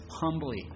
humbly